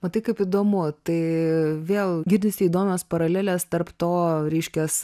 matai kaip įdomu tai vėl girdisi įdomios paralelės tarp to reiškias